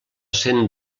cent